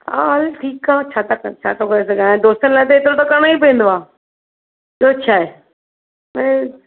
हा हलु ठीकु आहे छा था कनि छा थो करे सघां ऐं दोस्तनि लाइ त हेतिरो त करिणो ई पवंदो आहे ॿियो छाहे